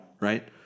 right